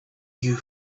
you